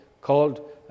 called